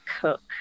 cook